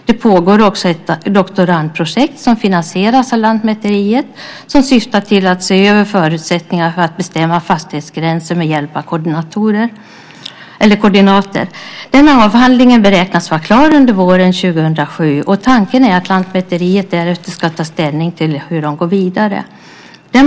Det pågår också ett doktorandprojekt som finansieras av Lantmäteriet och som syftar till att man ska se över förutsättningarna för att bestämma fastighetsgränser med hjälp av koordinater. Denna avhandling beräknas vara klar under våren 2007. Tanken är att Lantmäteriet därefter ska ta ställning till hur man ska gå vidare.